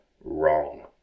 Wrong